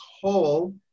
whole